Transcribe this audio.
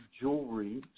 jewelry